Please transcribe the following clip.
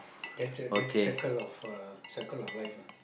that's a that's circle of uh circle of life lah